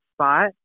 spot